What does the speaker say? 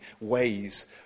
ways